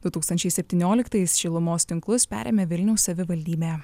du tūkstančiai septynioliktais šilumos tinklus perėmė vilniaus savivaldybė